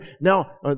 Now